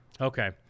Okay